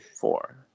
four